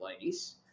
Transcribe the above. place